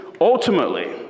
ultimately